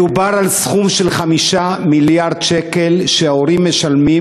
מדובר על סכום של 5 מיליארד שקל שההורים משלמים,